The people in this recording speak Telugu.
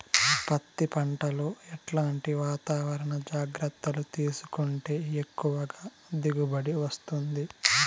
పత్తి పంట లో ఎట్లాంటి వాతావరణ జాగ్రత్తలు తీసుకుంటే ఎక్కువగా దిగుబడి వస్తుంది?